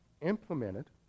implemented